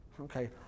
Okay